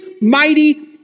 mighty